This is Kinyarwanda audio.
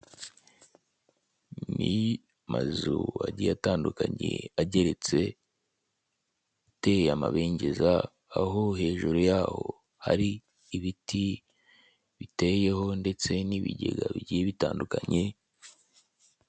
Ni amazu agiye atandukanye ageretse ateye amabengeza aho hejuru yaho hari ibiti biteyeho ndetse n'ibigega bigiye bitandukanye.